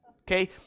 okay